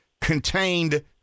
contained